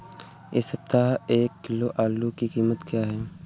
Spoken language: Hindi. इस सप्ताह एक किलो आलू की कीमत क्या है?